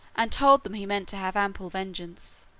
and told them he meant to have ample vengeance.